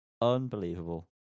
Unbelievable